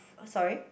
sorry